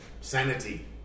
Sanity